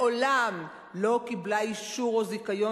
תחנת הרדיו "כל השלום" מעולם לא קיבלה אישור או זיכיון